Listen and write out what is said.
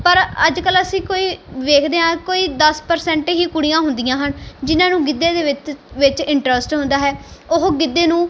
ਪਰ ਅੱਜ ਕੱਲ੍ਹ ਅਸੀਂ ਕੋਈ ਵੇਖਦੇ ਹਾਂ ਕੋਈ ਦਸ ਪ੍ਰਸੈਂਟ ਹੀ ਕੁੜੀਆਂ ਹੁੰਦੀਆਂ ਹਨ ਜਿਹਨਾਂ ਨੂੰ ਗਿੱਧੇ ਦੇ ਵਿੱਤ ਵਿੱਚ ਇੰਟਰਸਟ ਹੁੰਦਾ ਹੈ ਉਹ ਗਿੱਧੇ ਨੂੰ